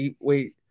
Wait